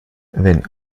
wenn